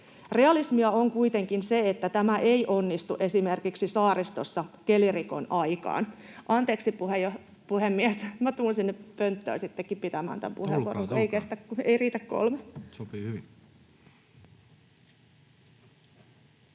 Realismia on kuitenkin se, että tämä ei onnistu esimerkiksi saaristossa kelirikon aikaan. — Anteeksi, puhemies, minä tulen sinne pönttöön sittenkin pitämään tämän puheenvuoron. Ei riitä kolme